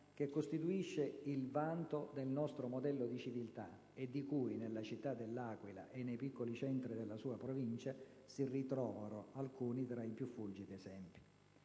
che costituisce il vanto del nostro modello di civiltà e di cui nella città dell'Aquila e nei piccoli centri della sua provincia si ritrovano alcuni fra i più fulgidi esempi.